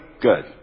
Good